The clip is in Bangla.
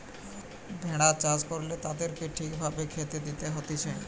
ভেড়া চাষ করলে তাদেরকে ঠিক ভাবে খেতে দিতে হতিছে